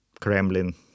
Kremlin